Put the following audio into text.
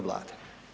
Vlade.